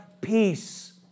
peace